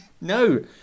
No